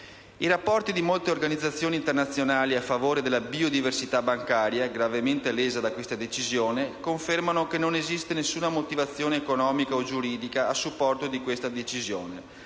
I rapporti di molte organizzazioni internazionali a favore della biodiversità bancaria, gravemente lesa da questa decisione, confermano che non esiste alcuna motivazione economica o giuridica a supporto di tale scelta.